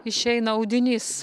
išeina audinys